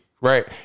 right